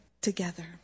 together